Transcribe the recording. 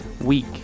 week